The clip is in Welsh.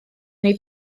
neu